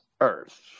earth